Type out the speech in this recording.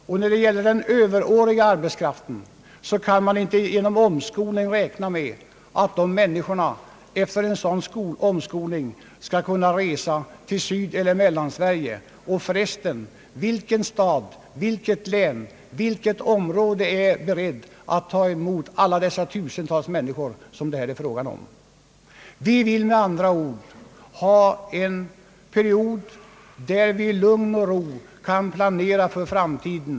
Och man kan inte räkna med att den överåriga arbetskraften efter en omskolning skall kunna resa till Sydeller Mellansverige. För resten, i vilket län och i vilken stad är man beredd att ta emot alla dessa tusentals människor som det är fråga om? Vi vill med andra ord ha en period under vilken vi i lugn och ro kan planera för framtiden.